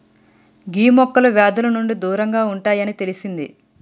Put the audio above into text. గీ మొక్కలు వ్యాధుల నుండి దూరంగా ఉంటాయి అని తెలిసింది